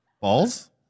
Balls